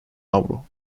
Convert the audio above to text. avro